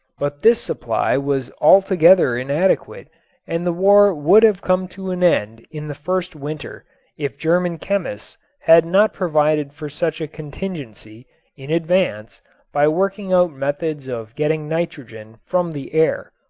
but this supply was altogether inadequate and the war would have come to an end in the first winter if german chemists had not provided for such a contingency in advance by working out methods of getting nitrogen from the air.